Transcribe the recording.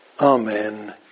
amen